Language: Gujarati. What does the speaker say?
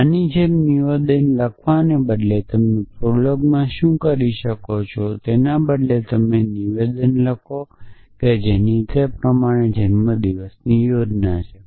આની જેમ નિવેદન લખવાને બદલે તમે પ્રોલોગમાં શું કરી શકો છો તેના બદલે તમે નિવેદન લખો જેમ કે આપણી પાસે નીચે પ્રમાણે જન્મદિવસની યોજના છે